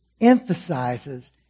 emphasizes